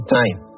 time